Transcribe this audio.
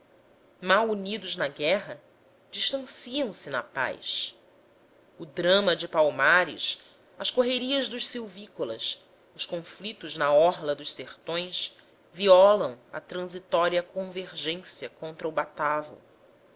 mal unidos na guerra distanciam se na paz o drama de palmares as correrias dos silvícolas os conflitos na orla dos sertões violam a transitória convergência contra o batavo